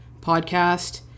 podcast